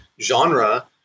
genre